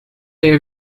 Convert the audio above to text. day